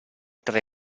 tre